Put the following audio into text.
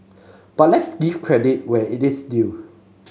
but let's give credit where it is due